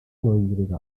neugierige